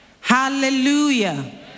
hallelujah